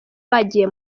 byagiye